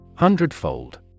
Hundredfold